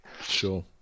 Sure